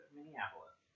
Minneapolis